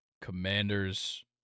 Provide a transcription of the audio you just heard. Commanders